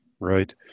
Right